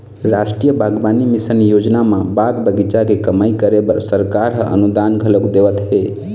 रास्टीय बागबानी मिसन योजना म बाग बगीचा के कमई करे बर सरकार ह अनुदान घलोक देवत हे